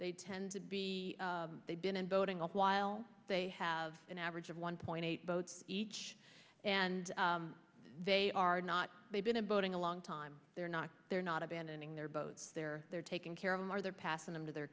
they tend to be they've been in boating a while they have an average of one point eight votes each and they are not they've been a boating a long time they're not they're not abandoning their boats they're they're taking care of them or they're passing them to their